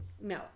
No